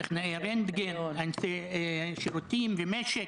טכנאי רנטגן, אנשי שירותים ומשק,